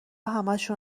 همشون